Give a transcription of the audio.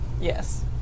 Yes